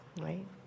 right